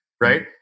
right